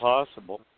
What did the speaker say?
possible